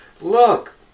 Look